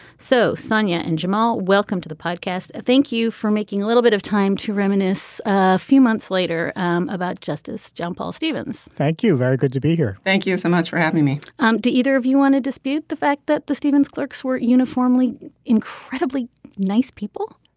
so sonya and jamal. welcome to the podcast. thank you for making a little bit of time to reminisce a few months later um about justice john paul stevens thank you very good to be here. thank you so much for having me um do either of you want to dispute the fact that the stevens clerks were uniformly incredibly nice people